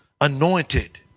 anointed